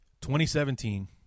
2017